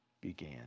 began